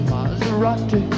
Maserati